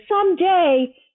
someday